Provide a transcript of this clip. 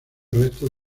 restos